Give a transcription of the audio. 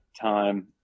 time